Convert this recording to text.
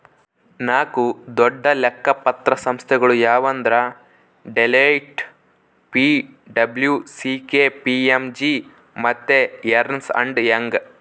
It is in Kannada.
ನಾಕು ದೊಡ್ಡ ಲೆಕ್ಕ ಪತ್ರ ಸಂಸ್ಥೆಗುಳು ಯಾವಂದ್ರ ಡೆಲೋಯ್ಟ್, ಪಿ.ಡಬ್ಲೂ.ಸಿ.ಕೆ.ಪಿ.ಎಮ್.ಜಿ ಮತ್ತೆ ಎರ್ನ್ಸ್ ಅಂಡ್ ಯಂಗ್